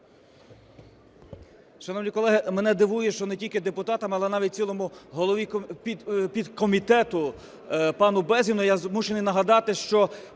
Шановні колеги, мене дивує, що не тільки депутатам, але навіть цілому голові підкомітету пану Безгіну я змушений нагадати, що